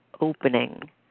opening